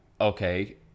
okay